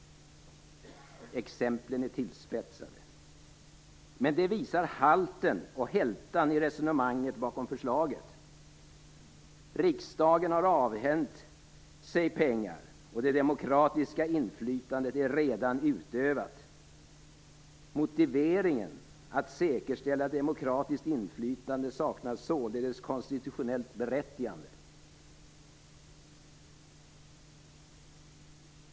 Exemplen är tillspetsade, men de visar halten och hältan i resonemanget bakom förslaget. Riksdagen har avhänt sig pengar, och det demokratiska inflytandet är redan utövat. Motiveringen att "säkerställa demokratiskt inflytande" saknar således konstitutionellt berättigande.